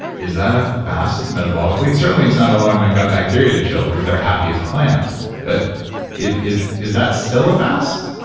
is that a fast metabolically? certainly it's not allowing my gut bacteria to chill because they're happy as clams but is is that still a fast?